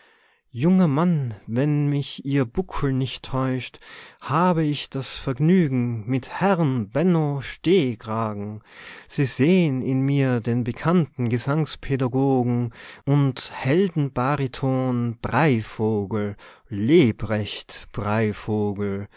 junger mann wenn mich ihr buckel nicht täuscht habe ich das vergnügen mit herrn benno stehkragen sie sehen in mir den bekannten gesangspädagogen und heldenbariton breivogel